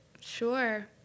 sure